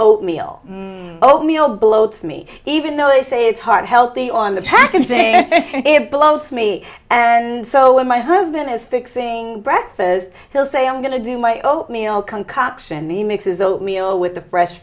oatmeal oatmeal bloats me even though they say it's heart healthy on the packaging it bloats me and so when my husband is fixing breakfast he'll say i'm going to do my oatmeal concoction me mixes oatmeal with the fre